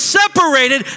separated